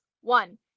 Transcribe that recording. One